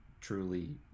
truly